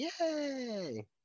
Yay